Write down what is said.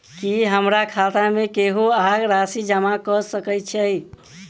की हमरा खाता मे केहू आ राशि जमा कऽ सकय छई?